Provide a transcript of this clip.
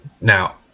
Now